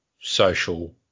social